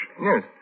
Yes